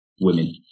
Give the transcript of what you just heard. women